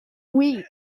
week